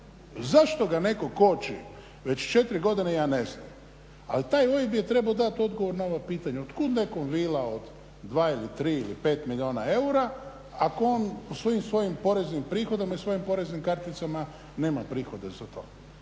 Zašto ga netko koči već četiri godine ja ne znam, ali taj OIB je trebao dati odgovor na ova pitanja od kud nekom vila od 2 ili 3 ili 5 milijuna eura ako on po svim svojim poreznim prihodima i svojim poreznim karticama nema prihoda za to.